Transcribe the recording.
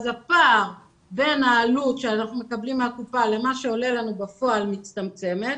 אז הפער בין העלות שאנחנו מקבלים מהקופה למה שעלה לנו בפועל מצטמצם,